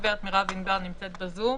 הגברת מרב ענבר נמצאת בזום.